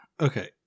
Okay